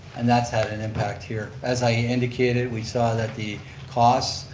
and that's had an impact here. as i indicated we saw that the cost,